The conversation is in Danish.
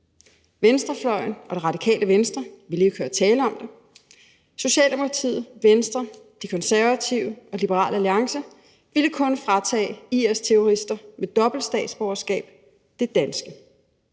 Venstrefløjen og Radikale Venstre ville ikke høre tale om det; Socialdemokratiet, Venstre, De Konservative og Liberal Alliance ville kun fratage IS-terrorister med dobbelt statsborgerskab det danske.